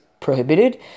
prohibited